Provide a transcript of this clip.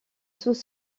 sous